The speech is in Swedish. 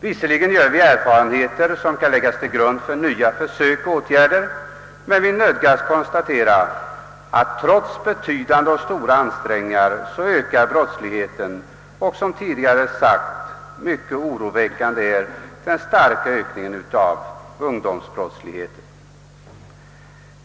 Visserligen gör vi erfarenheter som kan läggas till grund för nya försök, men vi nödgas konstatera att brottsligheten växer trots betydande ansträngningar. Som tidigare sagts är den starka ökningen av ungdomsbrottsligheten särskilt oroväckande.